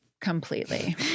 Completely